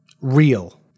real